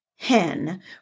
Hen